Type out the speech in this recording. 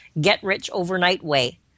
get-rich-overnight-way